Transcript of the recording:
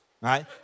right